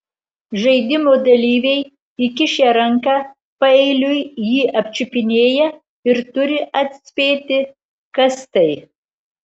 žaidimo dalyviai įkišę ranką paeiliui jį apčiupinėja ir turi atspėti kas tai